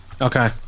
Okay